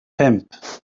pump